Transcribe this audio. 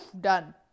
done